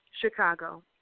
Chicago